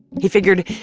he figured,